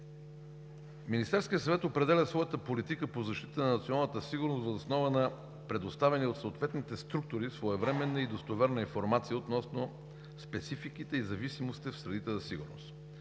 Министерският съвет определя своята политика по защита на националната сигурност въз основа на предоставена от съответните структури своевременна и достоверна информация относно спецификите и зависимостите в средите за сигурност.